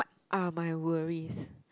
what are my worries